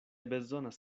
bezonas